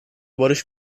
barış